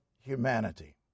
humanity